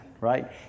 Right